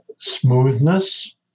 smoothness